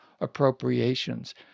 appropriations